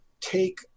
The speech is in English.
take